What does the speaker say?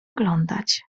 oglądać